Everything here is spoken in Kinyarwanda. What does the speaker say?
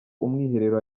umwiherero